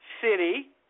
City